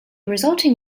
resulting